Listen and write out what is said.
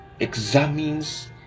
Examines